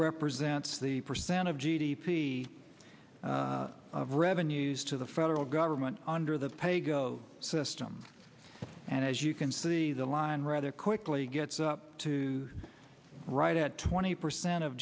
represents the percent of g d p of revenues to the federal government under the pay go system and as you can see the line rather quickly gets up to right at twenty percent of